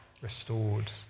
restored